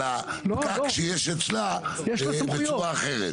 על הפקק שיש אצלה בצורה אחרת.